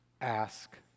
ask